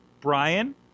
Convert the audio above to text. brian